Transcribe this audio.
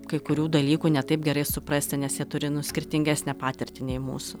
kai kurių dalykų ne taip gerai suprasti nes jie turi nu skirtingesnę patirtį nei mūsų